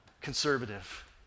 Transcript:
conservative